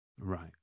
Right